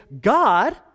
God